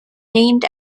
named